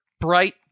bright